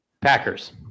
Packers